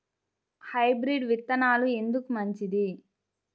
Hybrid విత్తనాలు ఎందుకు మంచిది?